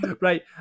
right